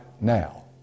now